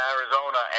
Arizona